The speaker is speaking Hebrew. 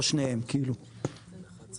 עוד פעם,